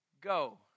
go